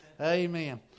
Amen